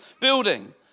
building